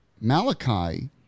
Malachi